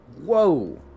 whoa